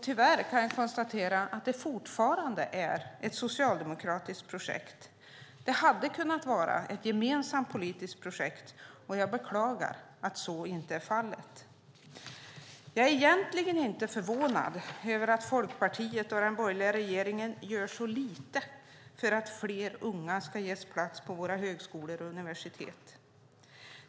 Tyvärr kan jag konstatera att det fortfarande är ett socialdemokratiskt projekt. Det hade kunnat vara ett gemensamt politiskt projekt. Jag beklagar att så inte är fallet. Jag är egentligen inte förvånad över att Folkpartiet och den borgerliga regeringen gör så lite för att fler unga ska ges plats på våra högskolor och universitet.